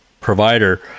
provider